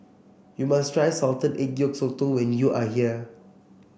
you must try Salted Egg Yolk Sotong when you are here